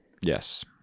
yes